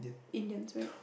Indians right